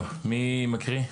טוב, מי מקריא?